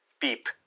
beep